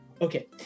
Okay